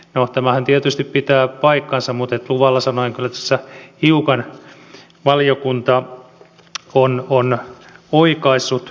no tämähän tietysti pitää paikkansa mutta luvalla sanoen tässä kyllä hiukan valiokunta on oikaissut